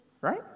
right